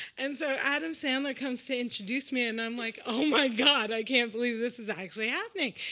and so adam sandler comes to introduce me, and i'm like, oh my god. i can't believe this is actually happening.